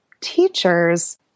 teacher's